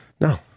No